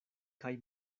kaj